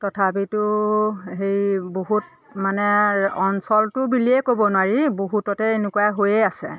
তথাপিতো হেৰি বহুত মানে অঞ্চলটো বুলিয়ে ক'ব নোৱাৰি বহুততে এনেকুৱা হৈয়ে আছে